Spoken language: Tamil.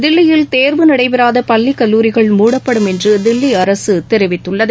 தில்லியில் தேர்வு நடைபெறாத பள்ளி கல்லூரிகள் மூடப்படும் என்று தில்லி அரசு கூறியுள்ளது